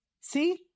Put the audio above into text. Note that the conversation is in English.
See